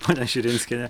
ponia širinskiene